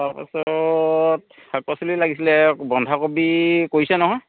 তাৰপাছত শাক পাচলি লাগিছিল বন্ধাকবি কৰিছে নহয়